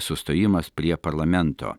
sustojimas prie parlamento